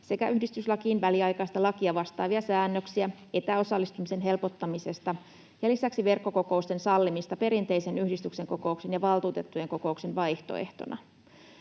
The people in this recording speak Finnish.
sekä yhdistyslakiin väliaikaista lakia vastaavia säännöksiä etäosallistumisen helpottamisesta ja lisäksi verkkokokousten sallimista perinteisen yhdistyksen kokouksen ja valtuutettujen kokouksen vaihtoehtona.